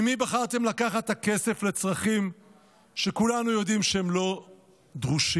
ממי בחרתם לקחת את הכסף לצרכים שכולנו יודעים שהם לא דרושים.